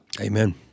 Amen